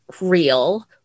real